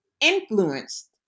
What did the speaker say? influenced